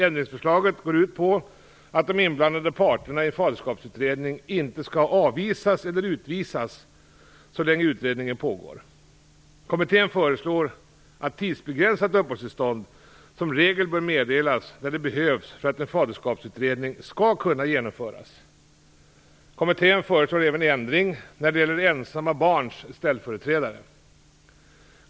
Ändringsförslaget går ut på att de inblandade parterna i en faderskapsutredning inte skall avvisas eller utvisas så länge utredningen pågår. Kommittén föreslår att tidsbegränsat uppehållstillstånd som regel bör meddelas när det behövs för att en faderskapsutredning skall kunna genomföras. Kommittén föreslår även ändring när det gäller ensamma barns ställföreträdare.